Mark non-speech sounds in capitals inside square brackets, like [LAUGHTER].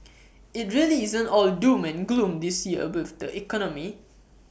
[NOISE] IT really isn't all doom and gloom this year with the economy